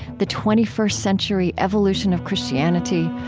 the twenty first century evolution of christianity,